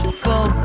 full